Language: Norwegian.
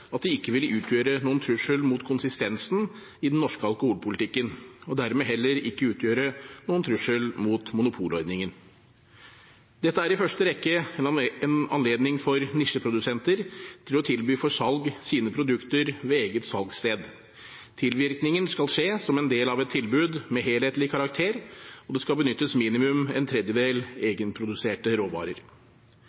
at det ikke vil utgjøre noen trussel mot konsistensen i den norske alkoholpolitikken, og dermed heller ikke utgjøre noen trussel mot monopolordningen. Dette er i første rekke en anledning for nisjeprodusenter til å tilby for salg sine produkter ved eget salgssted. Tilvirkningen skal skje som en del av et tilbud med helhetlig karakter, og det skal benyttes minimum en tredjedel